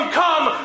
come